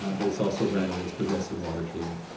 um but it's also branded as progressive water treatment.